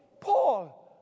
Paul